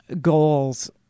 goals